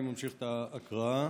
אני ממשיך את ההקראה: